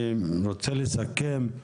אני רוצה לסכם.